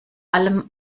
allem